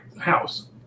house